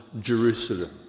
Jerusalem